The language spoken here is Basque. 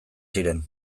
ziren